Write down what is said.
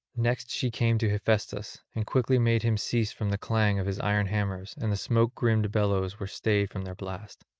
next she came to hephaestus, and quickly made him cease from the clang of his iron hammers and the smoke-grimed bellows were stayed from their blast.